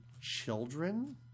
children